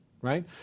right